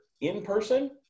in-person